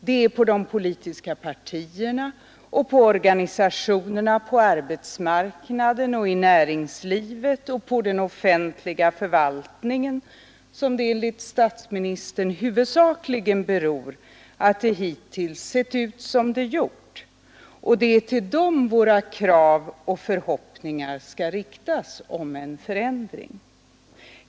Det är på de politiska partierna, på organisationerna på arbetsmarknaden och i näringslivet och på den offentliga förvaltningen som det enligt statsministern huvudsakligen beror att det hittills sett ut som det gjort, och det är till dem våra krav och förhoppningar om en förändring skall riktas.